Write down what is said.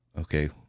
Okay